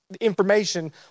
information